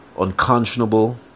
unconscionable